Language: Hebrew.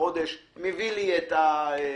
חודש מביא לי את החשבוניות?